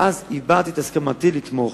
ואז הבעתי את הסכמתי לתמוך.